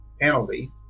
penalty